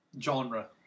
genre